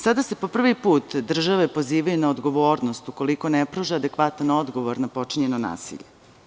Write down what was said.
Sada se po prvi put države pozivaju na odgovornost ukoliko ne pruže adekvatan odgovor na počinjeno nasilje.